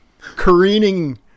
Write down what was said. careening